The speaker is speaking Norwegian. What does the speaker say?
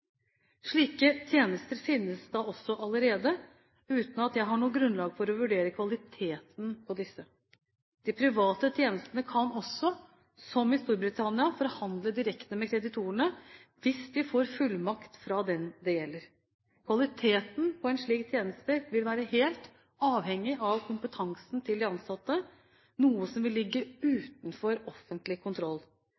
Slike tjenester finnes da også allerede, uten at jeg har noe grunnlag for å vurdere kvaliteten på disse. De private tjenestene kan også, som i Storbritannia, forhandle direkte med kreditorene hvis de får fullmakt fra den det gjelder. Kvaliteten på en slik tjeneste vil være helt avhengig av kompetansen til de ansatte – noe som vil ligge